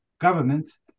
governments